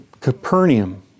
Capernaum